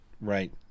right